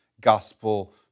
gospel